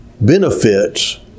benefits